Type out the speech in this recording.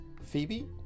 Phoebe